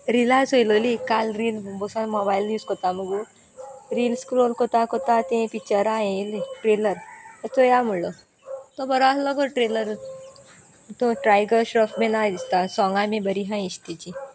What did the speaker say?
रिलां चोयलोली काल रील बसून मोबायल यूज कोता मगो रिल स्क्रोल करता करता ते पिक्चरां ये येलीं ट्रिलराचो या म्हणलो तो बरो आसलो गो ट्रेलर तो ट्रायगर श्रफ मेन दिसता सोंगा बी बरीं आसा इश तिचीं